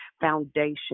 foundation